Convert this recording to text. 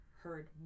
heard